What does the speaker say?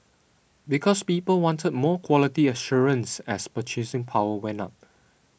because people wanted more quality assurance as purchasing power went up